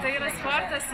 tai yra sportas